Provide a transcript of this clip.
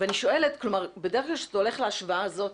ואני שואלת, בדרך כלל כשאתה הולך להשוואה הזאת,